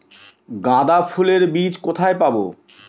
গাঁদা ফুলের বীজ কোথায় পাবো?